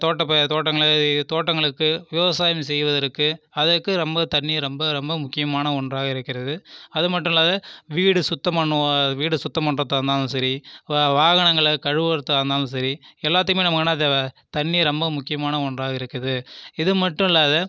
தோட்டம் தோட்டங்களுக்கு விவசாயம் செய்வதற்கு அதற்கு ரொம்ப தண்ணீர் ரொம்ப ரொம்ப முக்கியமான ஒன்றாக இருக்கிறது அது மட்டும் இல்லாம வீடு சுத்தம் பண்ண வீடு சுத்தம் பண்றதாக இருந்தாலும் சரி வாகனங்களை கழுவுகிறதா இருந்தாலும் சரி எல்லோத்துக்குமே நமக்கு என்ன தேவை தண்ணி ரொம்ப முக்கியமான ஒன்றாக இருக்குது இது மட்டும் இல்லாம